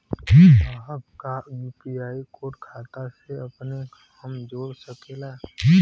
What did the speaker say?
साहब का UPI code खाता से अपने हम जोड़ सकेला?